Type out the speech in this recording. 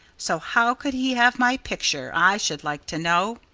so how could he have my picture, i should like to know?